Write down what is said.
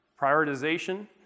prioritization